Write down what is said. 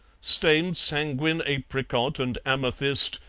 stained sanguine apricot and amethyst,